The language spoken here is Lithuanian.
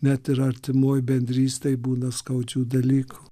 net ir artimoj bendrystėj būna skaudžių dalykų